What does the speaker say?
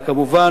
וכמובן,